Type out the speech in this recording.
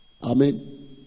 Amen